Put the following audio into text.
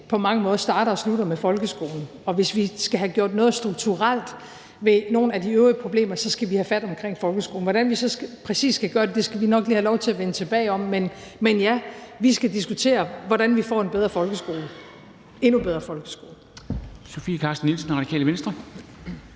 på mange måder starter og slutter med folkeskolen. Og hvis vi skal have gjort noget strukturelt ved nogle af de øvrige problemer, skal vi have fat omkring folkeskolen. Hvordan vi så præcis skal gøre det, skal vi nok lige have lov til at vende tilbage med. Men ja, vi skal diskutere, hvordan vi får en bedre folkeskole – en endnu bedre folkeskole. Kl. 23:38 Formanden (Henrik